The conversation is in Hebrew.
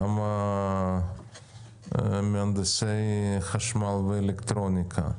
כמה מהנדסי חשמל ואלקטרוניקה?